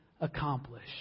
accomplish